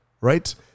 Right